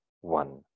one